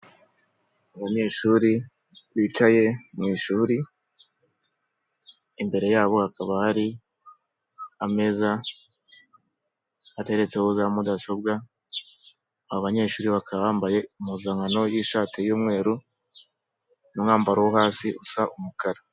Abanyeshuri bicaye mu ishuri imbere yabo hakaba hari ameza ateretseho za mudasobwa abanyeshuri bakaba bambaye impuzankano y'ishati y'umweru n'umwambaro wo hasi usa umukara.